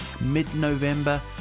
mid-November